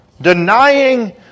Denying